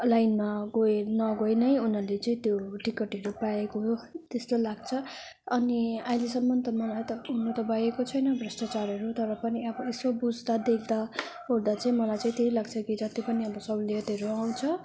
लाइनमा गइ नगइ नै उनीहरूले चाहिँ त्यो टिकटहरू पाएको त्यस्तो लाग्छ अनि अहिलेसम्म त मलाई त हुनु त भएको छैन भ्रष्टचारहरू तर पनि अब यसो बुज्दा देख्दाओर्दा चाहिँ मलाई चाहिँ लाग्छ कि जति पनि सहुलियतहरू आउँछ